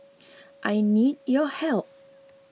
I need your help